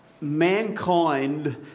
mankind